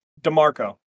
demarco